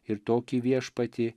ir tokį viešpatį